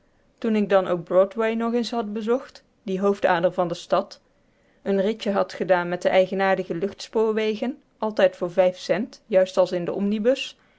toen ik dan ook broadway nog eens had bezocht die hoofdader van de stad een ritje had gedaan met de eigenaardige luchtspoorwegen altijd voor cents juist als in den omnibus